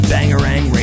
Bangarang